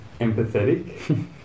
empathetic